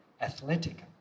athletic